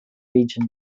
region